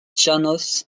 jános